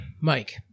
Mike